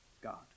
God